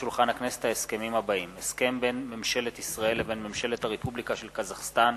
הסכם בין ממשלת מדינת ישראל לבין ממשלת הרפובליקה של קזחסטן